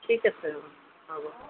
ঠিক আছে হ'ব